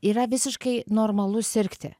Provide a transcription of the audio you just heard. yra visiškai normalu sirgti